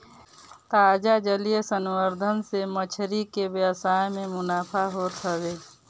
ताजा जलीय संवर्धन से मछरी के व्यवसाय में मुनाफा होत हवे